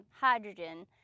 hydrogen